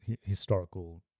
historical